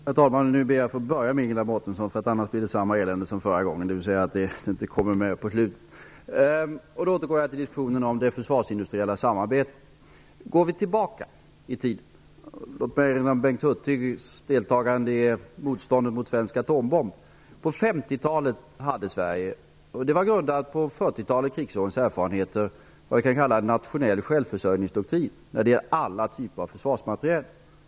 Herr talman! Nu ber jag att få börja med Ingela Mårtensson, annars blir det samma elände som förra gången, att jag inte hinner med på slutet. Jag återgår då till diskussionen om det försvarsindustriella samarbetet. Vi går tillbaka i tiden. Låt mig erinra om Bengt Hurtigs deltagande i motståndet mot en svensk atombomb. På 50-talet hade Sverige vad vi kan kalla en nationell självförsörjningsdoktrin som gällde alla typer av försvarsmateriel. Den var grundad på 40-talets, krigsårens, erfarenheter.